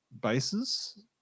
bases